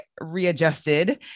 readjusted